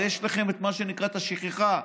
הרי יש לכם מה שנקרא שכחה.